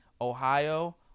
Ohio